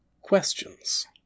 Questions